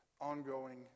ongoing